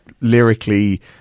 lyrically